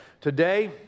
Today